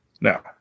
now